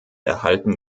erhalten